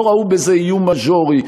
לא ראו בזה איום מז'ורי.